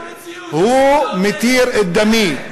הוא מתיר את דמי,